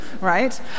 right